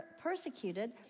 persecuted